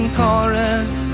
chorus